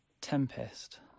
Tempest